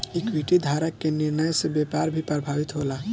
equity धारक के निर्णय से व्यापार भी प्रभावित होला